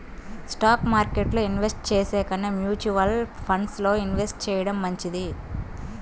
stock మార్కెట్టులో invest చేసే కన్నా మ్యూచువల్ ఫండ్స్ లో ఇన్వెస్ట్ చెయ్యడం మంచిది